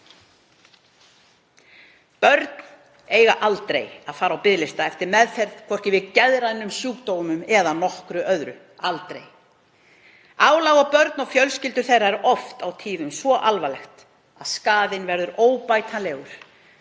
Börn eiga aldrei að fara á biðlista eftir meðferð, hvorki við geðrænum sjúkdómum né nokkru öðru. Álag á börn og fjölskyldur þeirra er oft og tíðum svo alvarlegt að skaðinn verður óbætanlegur,